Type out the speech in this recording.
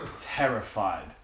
Terrified